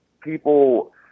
people